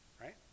right